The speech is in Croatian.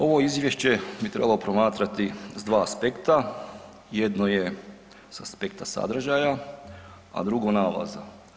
Ovo Izvješće bi trebalo promatrati sa dva aspekta, jedno je sa aspekta sadržaja, a drugo nalaza.